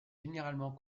généralement